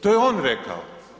To je on rekao.